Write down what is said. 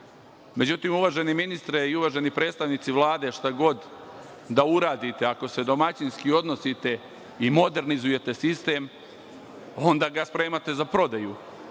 Međutim, uvaženi ministre i uvaženi predstavnici Vlade, šta god da uradite, ako se domaćinski odnosite i modernizujete sistem, onda ga spremate za prodaju,